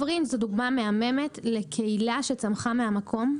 הפרינג' זו דוגמה מהממת לקהילה שצמחה מהמקום,